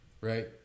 right